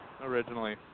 originally